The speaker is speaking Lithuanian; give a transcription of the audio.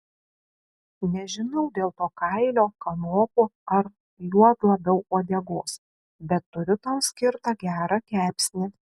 nežinau dėl to kailio kanopų ar juo labiau uodegos bet turiu tau skirtą gerą kepsnį